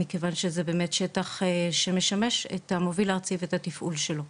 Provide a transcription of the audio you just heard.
מכיוון שזה באמת שטח שמשמש את המוביל הארצי ואת התפעול שלו.